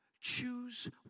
Choose